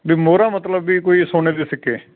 ਵੀ ਮੋਹਰਾ ਮਤਲਬ ਵੀ ਕੋਈ ਸੋਨੇ ਦੇ ਸਿੱਕੇ